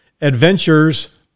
Adventures